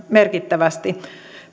merkittävästi